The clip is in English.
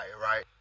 right